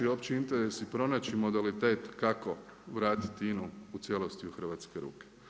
Naći opći interes i pronaći modalitet kako vratiti INA-u u cijelosti u hrvatske ruke.